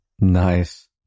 Nice